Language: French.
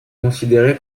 considérée